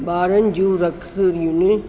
ॿारनि जी रखड़ियुनि